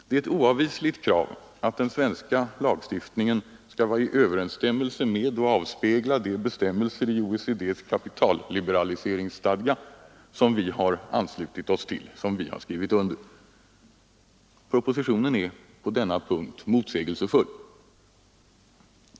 Det är ett oavvisligt krav att den svenska lagstiftningen skall vara i överensstämmelse med och avspegla de bestämmelser i OECD:s kapitalliberaliseringsstadga, som vi har anslutit oss till och som vi har skrivit under. Propositionen är på denna punkt motsägelsefull.